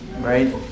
right